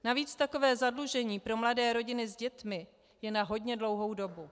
Navíc takové zadlužení pro mladé rodiny s dětmi je na hodně dlouhou dobu.